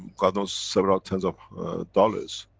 god knows, several tens of dollars,